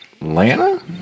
Atlanta